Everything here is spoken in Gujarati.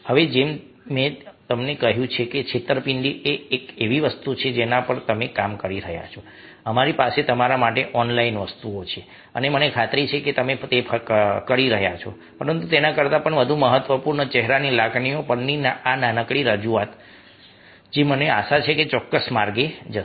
હવે જેમ મેં તમને કહ્યું છે કે છેતરપિંડી એ એક એવી વસ્તુ છે જેના પર અમે કામ કરી રહ્યા છીએ અમારી પાસે તમારા માટે ઑનલાઇન વસ્તુઓ છે અને મને ખાતરી છે કે તમે તે કરી રહ્યા છો પરંતુ તેના કરતાં પણ વધુ મહત્ત્વપૂર્ણ ચહેરાની લાગણીઓ પરની આ નાનકડી રજૂઆત મને આશા છે કે ચોક્કસ માર્ગે જશે